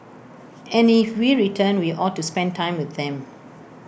and if we return we ought to spend time with them